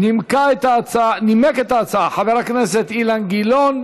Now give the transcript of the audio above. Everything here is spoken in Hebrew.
נימק את ההצעה חבר הכנסת אילן גלאון.